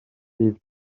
bydd